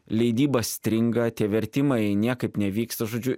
leidyba stringa tie vertimai niekaip nevyksta žodžiu